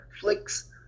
flicks